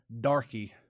darky